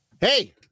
Hey